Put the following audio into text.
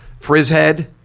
Frizzhead